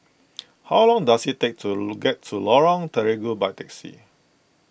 how long does it take to get to Lorong Terigu by taxi